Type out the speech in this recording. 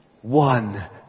One